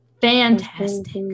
Fantastic